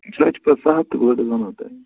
سُہ حظ چھُ پتہٕ سہل تہٕ اورٕ حظ وَنہو تۄہہِ